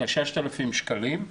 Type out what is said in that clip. זה 6,000 שקלים.